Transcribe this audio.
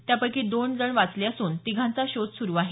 त्यापैकी दोन जण वाचले असून तिघांचा शोध सुरु आहे